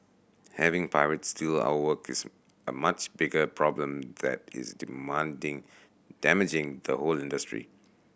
having pirates steal our work is a much bigger problem that is demanding damaging to whole industry